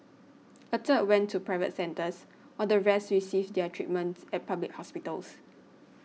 a third went to private centres while the rest received their treatments at public hospitals